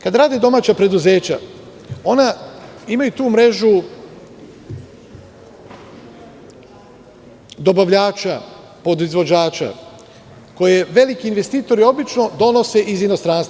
Kada rade domaća preduzeća, ona imaju tu mrežu dobavljača, podizvođača koja je veliki investitor i obično donose iz inostranstva.